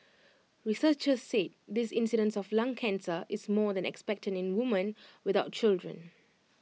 researchers said this incidence of lung cancer is more than expected in women without children